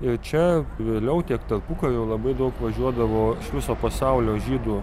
ir čia vėliau tiek tarpukariu labai daug važiuodavo iš viso pasaulio žydų